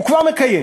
הוא כבר מקיים.